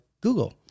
Google